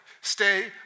Stay